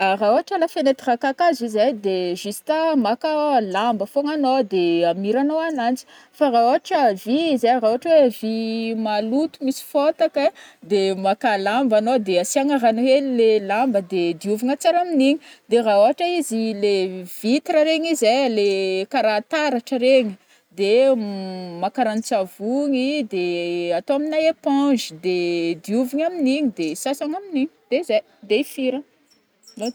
Ra ôhatra la fenetre kakazo io zai de juste maka lamba fogna anao de amiranô ananji fa ra ôhatra vy izy a, ra ôhatra oe vy maloto misy fotaka ai, de maka lamba anô de asiagna rano hely le lamba de diovina tsara amigny, de ra ôhatra izy le vitre regny izy ai kara taratra regny de maka ranontsavony de atao amina éponge de diovina amigniny de sasagna amigniny de zai de hifira.